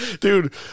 dude